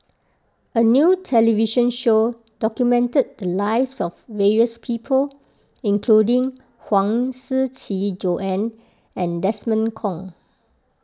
a new television show documented the lives of various people including Huang Shiqi Joan and Desmond Kon